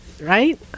right